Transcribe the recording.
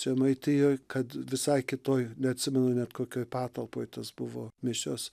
žemaitijoj kad visai kitoj neatsimenu kokioj patalpoj tos buvo mišios